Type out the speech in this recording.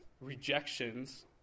rejections